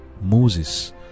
Moses